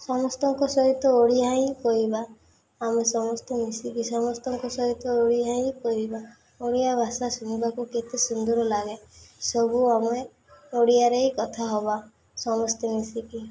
ସମସ୍ତଙ୍କ ସହିତ ଓଡ଼ିଆ ହିଁ କହିବା ଆମେ ସମସ୍ତେ ମିଶିକି ସମସ୍ତଙ୍କ ସହିତ ଓଡ଼ିଆ ହିଁ କହିବା ଓଡ଼ିଆ ଭାଷା ଶୁଣିବାକୁ କେତେ ସୁନ୍ଦର ଲାଗେ ସବୁ ଆମେ ଓଡ଼ିଆରେ ହି କଥା ହେବା ସମସ୍ତେ ମିଶିକି